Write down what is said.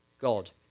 God